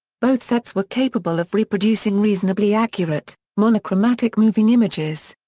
both sets were capable of reproducing reasonably accurate, monochromatic moving images.